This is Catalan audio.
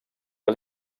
que